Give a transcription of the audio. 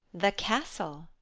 the castle.